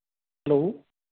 hello